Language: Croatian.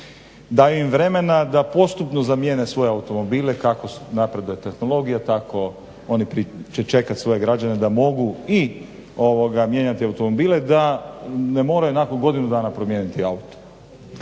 daju im vremena da postupno zamijene svoje automobile, kako napreduje tehnologija tako oni pričekaju svoje građane da mogu i mijenjati automobile da ne moraju nakon godinu dana promijeniti auto.